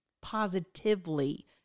positively